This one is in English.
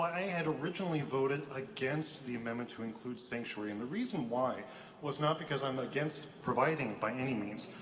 i had originally voted against the amendment to include sanctuary and the reason why was not because i'm against providing by any means.